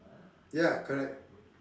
ya correct